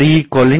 E